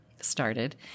started